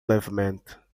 levemente